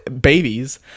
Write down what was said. babies